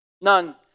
None